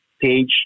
page